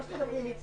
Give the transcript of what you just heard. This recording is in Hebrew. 10:58 נתכנס.